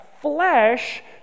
flesh